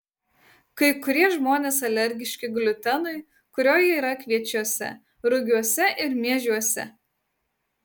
kai kurie žmonės alergiški gliutenui kurio yra kviečiuose rugiuose ir miežiuose